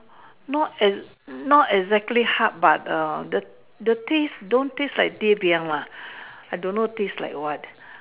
not is not is exactly how about the taste don't taste like day beyond I don't know taste like what